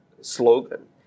slogan